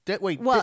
Wait